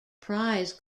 prize